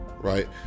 right